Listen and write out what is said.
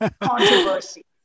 controversy